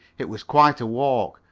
it was quite a walk,